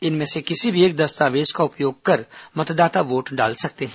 इनमें से किसी भी एक दस्तावेज का उपयोग कर मतदाता वोट डाल सकते हैं